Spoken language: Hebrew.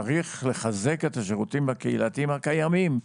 צריך לחזק את השירותים הקהילתיים הקיימים.